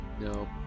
No